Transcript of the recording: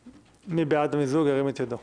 מי בעד המיזוג ירים את ידו.